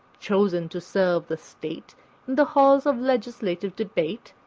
chosen to serve the state in the halls of legislative debate,